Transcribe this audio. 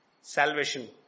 Salvation